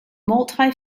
multi